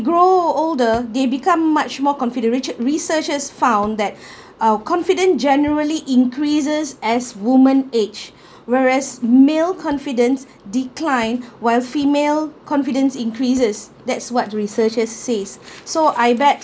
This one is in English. grow older they become much more confident resea~ researchers found that uh confident generally increases as women age whereas male confidence declined while female confidence increases that's what researchers says so I bet